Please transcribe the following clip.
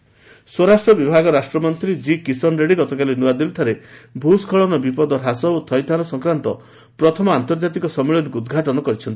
Reddy conference ସ୍ୱରାଷ୍ଟ୍ର ବିଭାଗ ରାଷ୍ଟ୍ରମନ୍ତ୍ରୀ ଜି କିଶନ ରେଡ୍ମୀ ଗତକାଲି ନୂଆଦିଲ୍ଲୀରେ ଭୂସ୍କଳନ ବିପଦ ହ୍ରାସ ଓ ଥଇଥାନ ସଂକ୍ରାନ୍ତ ପ୍ରଥମ ଆନ୍ତର୍ଜାତିକ ସମ୍ମିଳନୀକୁ ଉଦ୍ଘାଟନ କରିଛନ୍ତି